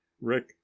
rick